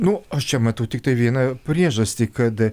nu aš čia matau tiktai vieną priežastį kad